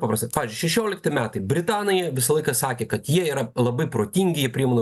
paprasta pavyzdžiui šešiolikti metai britanai visą laiką sakė kad jie yra labai protingi jie priima